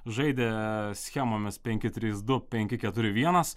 žaidė schemomis penki trys du penki keturi vienas